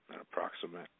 approximate